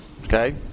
okay